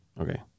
Okay